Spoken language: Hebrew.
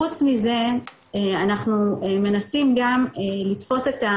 חוץ מזה אנחנו מנסים גם לתפוס,